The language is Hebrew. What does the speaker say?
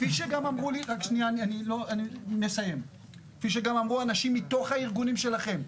כפי שגם אמרו לי אנשים מתוך הארגונים שלכם,